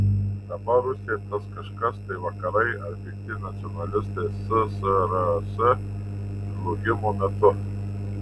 dabar rusijai tas kažkas tai vakarai ar pikti nacionalistai ssrs žlugimo metu